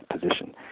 position